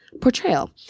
portrayal